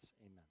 Amen